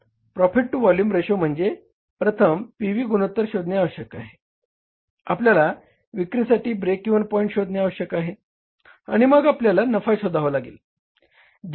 profit to volume ratio म्हणजेच प्रथम P V गुणोत्तर शोधणे आवश्यक आहे आपल्याला विक्रीसाठी ब्रेक इव्हन पॉईंट शोधणे आवश्यक आहे आणि मग आपल्याला नफा शोधावा लागेल